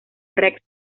rex